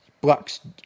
blocks